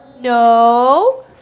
No